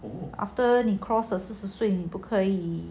after 你 cross 了四十岁不可以